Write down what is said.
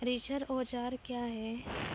रिचर औजार क्या हैं?